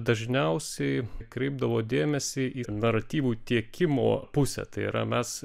dažniausiai kreipdavo dėmesį į naratyvų tiekimo pusę tai yra mes